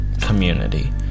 community